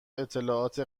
اطلاعات